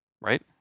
Right